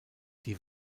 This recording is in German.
die